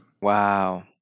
Wow